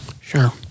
Sure